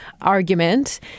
argument